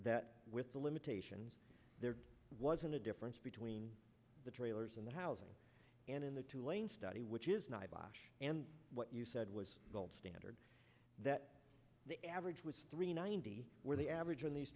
that with the limitations there wasn't a difference between the trailers and the housing and in the tulane study which is not a bash and what you said was gold standard that the average was three ninety where the average in these